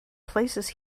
places